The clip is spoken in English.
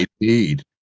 indeed